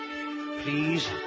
please